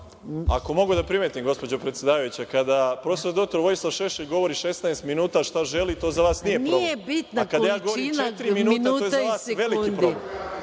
Ako mogu da primetim, gospođo predsedavajuća, kada prof. dr Vojislav Šešelj govori 16 minuta šta želi, to za vas nije problem, a kada ja govorim četiri minuta, to je za vas veliki problem.